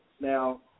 Now